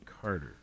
Carter